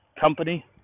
company